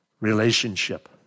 relationship